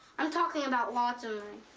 i'm talking about lots of